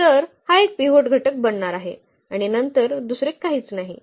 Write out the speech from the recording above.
तर हा एक पिव्होट घटक बनणार आहे आणि नंतर दुसरे काहीच नाही